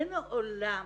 אין עולם